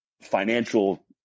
financial